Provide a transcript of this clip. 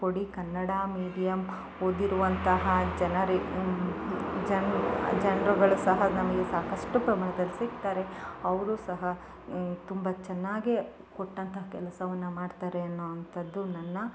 ಕೊಡಿ ಕನ್ನಡ ಮೀಡಿಯಮ್ ಓದಿರುವಂತಹ ಜನರು ಜನ ಜನರುಗಳು ಸಹ ನಮಗೆ ಸಾಕಷ್ಟು ಪ್ರಮಾಣದಲ್ಲಿ ಸಿಗ್ತಾರೆ ಅವರು ಸಹ ತುಂಬ ಚೆನ್ನಾಗೆ ಕೊಟ್ಟಂಥ ಕೆಲಸವನ್ನ ಮಾಡ್ತಾರೆ ಅನ್ನೋ ಅಂಥದ್ದು ನನ್ನ